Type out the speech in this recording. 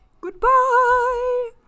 Goodbye